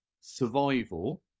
survival